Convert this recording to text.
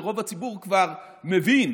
שרוב הציבור כבר מבין